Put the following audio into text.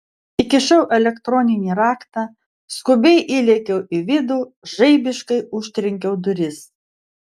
įkišau elektroninį raktą skubiai įlėkiau į vidų žaibiškai užtrenkiau duris